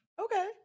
Okay